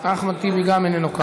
גם אחמד טיבי איננו כאן.